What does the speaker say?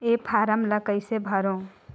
ये फारम ला कइसे भरो?